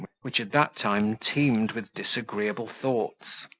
which at that time teemed with disagreeable thoughts.